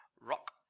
rock